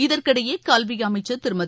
இதற்கிடையே கல்வி அமைச்சர் திருமதி